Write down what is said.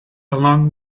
along